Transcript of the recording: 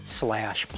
slash